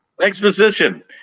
Exposition